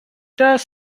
does